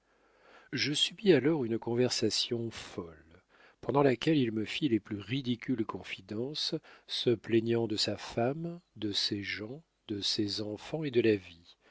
je subis alors une conversation folle pendant laquelle il me fit les plus ridicules confidences se plaignant de sa femme de ses gens de ses enfants et de la vie